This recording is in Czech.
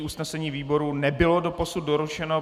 Usnesení výboru nebylo doposud doručeno.